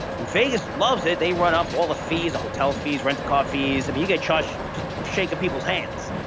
and vegas loves it. they run up all the fees, hotel fees, rent a cot fees, and you get charged just shaking people's hands